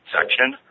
section